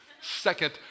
Second